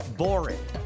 boring